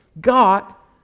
got